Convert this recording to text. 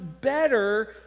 better